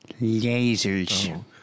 Lasers